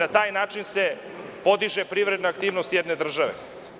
Na taj način se podiže privredna aktivnost jedne države.